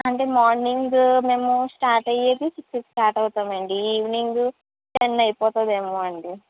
అంటే మార్నింగ్ మేము స్టార్ట్ అయ్యేది సిక్స్ కి స్టార్ట్ అవుతామండి ఈవెనింగ్ టెన్ అయిపోతుందేమో అండి